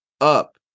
up